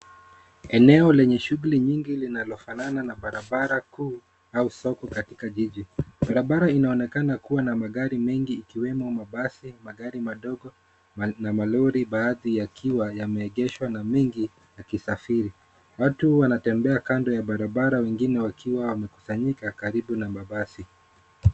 Eneo lenye shughuli nyingi linanalofanana na barabara kuu au soko katika jiji. Barabara inaonekana kuwa na magari mengi ikiwemo mabasi, magari madogo na malori, baadhi yakiwa yameegeshwa na mengi yakisafiri. Watu wanatembea kando ya barabara wengine wakiwa wamekusanyika karibu na mabasi.